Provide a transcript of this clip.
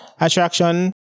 Attraction